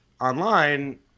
online